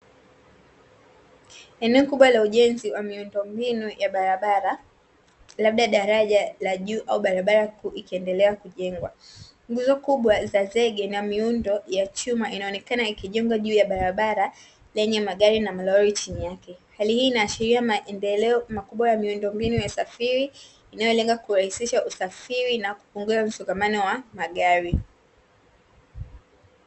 Eneo kubwa la ujenzi wa miundombinu ya barabara labda daraja la juu au barabara kuu ikiendelea kujengwa, nguzo kubwa za zege na miundo ya chuma inaonekana ikijengwa juu ya barabara yenye magari na malori chini yake. Hali hii inaashiria maendeleo makubwa ya miundombinu ya usafiri inayolenga kurahisisha usafiri na kupunguza msongamano wa magari.